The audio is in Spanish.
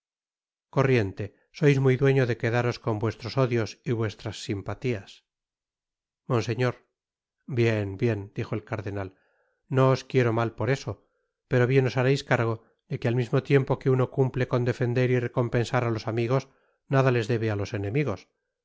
corriente sois muy dueño de quedaros con vuestros odios y vuestras simpatias content from google book search generated at monseñor bien bien dijo el cardenal no os quiero mal por eso pero bien os hareis cargo de que al mismo tiempo que uno cumple con defender y recompensar á los amigos nada les debe á los enemigos